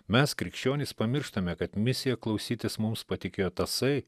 mes krikščionys pamirštame kad misiją klausytis mums patikėjo tasai